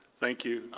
thank you.